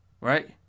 right